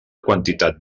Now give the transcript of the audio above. quantitat